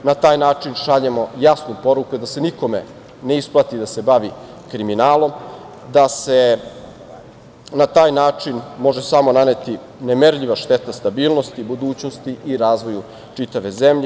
Na taj način šaljemo jasnu poruku da se nikome ne isplati da se bavi kriminalom, da se na taj način može samo naneti nemerljiva šteta stabilnosti, budućnosti i razvoju čitave zemlje.